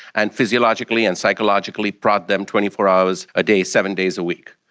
and physiologically and psychologically prod them twenty four hours a day, seven days a week.